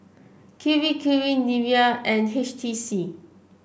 Kirei Kirei Nivea and H T C